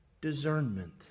discernment